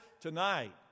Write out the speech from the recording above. tonight